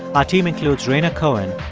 our team includes rhaina cohen,